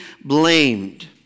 blamed